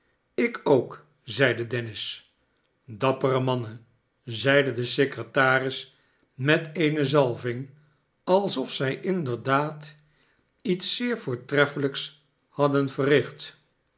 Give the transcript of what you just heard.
alk ook zeide dennis sdappere mannen zeide de secretaris met eene zalving alsof zij inderdaad iets zeer voortreffelijks hadden verricht